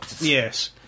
yes